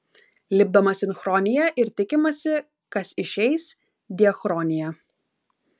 lipdoma sinchronija ir tikimasi kas išeis diachronija